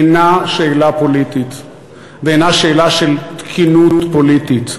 היא אינה שאלה פוליטית ואינה שאלה של תקינות פוליטית,